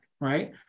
right